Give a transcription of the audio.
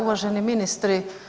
Uvaženi ministri.